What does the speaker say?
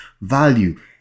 value